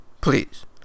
please